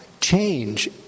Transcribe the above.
change